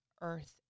earth